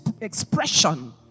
expression